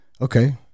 okay